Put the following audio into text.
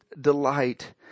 delight